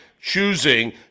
choosing